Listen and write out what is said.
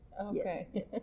Okay